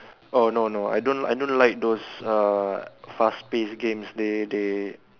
oh no no I don't I don't like those uh fast paced games they they